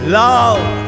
love